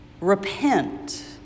repent